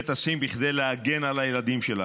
שטסים כדי להגן על הילדים שלנו.